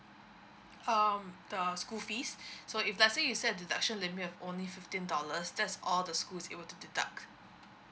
um the school fees so if let say you set deduction limit of only fifteen dollars that's all the schools it were to deduct